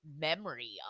memory